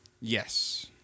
Yes